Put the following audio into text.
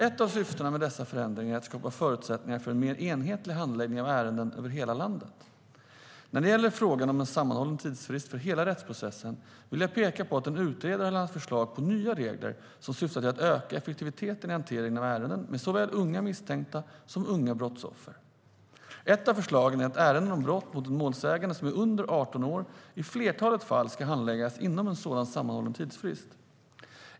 Ett av syftena med dessa förändringar är att skapa förutsättningar för en mer enhetlig handläggning av ärenden över hela landet. När det gäller frågan om en sammanhållen tidsfrist för hela rättsprocessen vill jag peka på att en utredare har lämnat förslag på nya regler som syftar till att öka effektiviteten i hanteringen av ärenden med såväl unga misstänkta som unga brottsoffer. Ett av förslagen är att ärenden om brott mot en målsägande som är under 18 år i flertalet fall ska handläggas inom en sådan sammanhållen frist.